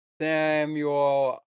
Samuel